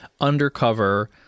undercover